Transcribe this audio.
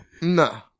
Nah